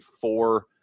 four